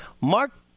Mark